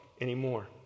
anymore